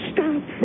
Stop